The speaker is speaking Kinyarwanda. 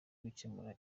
gukemura